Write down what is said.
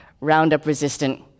Roundup-resistant